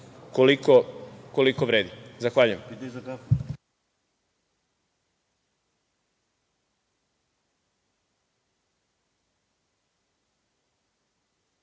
koliko vredi. Zahvaljujem.